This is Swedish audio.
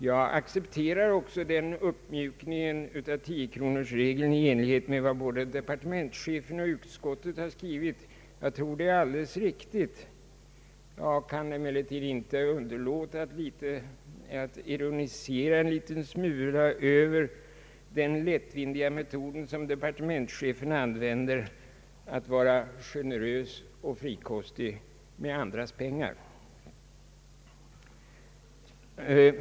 Jag accepterar också uppmjukningen av tiokronorsregeln i enlighet med vad både departementschefen och utskottet har skrivit; jag tror det är alldeles riktigt. Emellertid kan jag inte underlåta att ironisera en smula över den lättvindiga metod som departementschefen använder: att vara generös och frikostig med andras pengar.